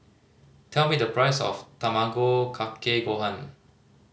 tell me the price of Tamago Kake Gohan